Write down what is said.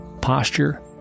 posture